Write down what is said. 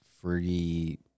free